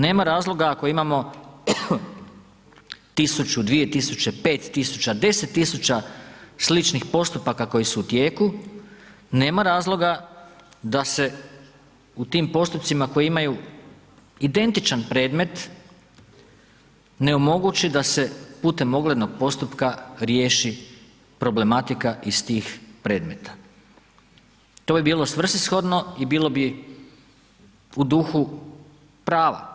Nema razloga ako imamo 1000, 2000, 5000, 10000 sličnih postupaka koji su u tijeku, nema razloga da se u tim postupcima koji imaju identičan predmet, ne omogući da se putem oglednog postupka riješi problematika iz tih predmeta, to bi bilo svrsishodno i bilo bi u duhu prava,